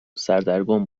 سردرگم